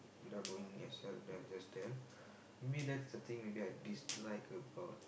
without knowing as well then I just tell maybe that's the thing maybe I dislike about